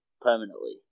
permanently